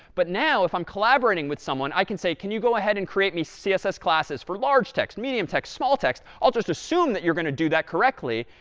but now, if i'm collaborating with someone, i can say, can you go ahead and create me css classes for large text, medium text, small text? i'll just assume that you're going to do that correctly,